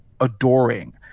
adoring